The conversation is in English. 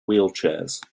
wheelchairs